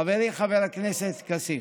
חברי חבר הכנסת כסיף,